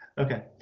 okay.